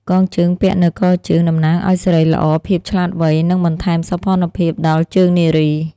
កងជើងពាក់នៅកជើង តំណាងឱ្យសិរីល្អ ភាពឆ្លាតវៃ និងបន្ថែមសោភ័ណភាពដល់ជើងនារី។